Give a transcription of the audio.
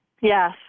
Yes